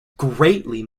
greatly